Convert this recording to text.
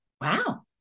wow